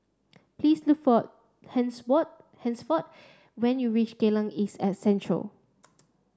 please look for Hansford when you reach Geylang East at Central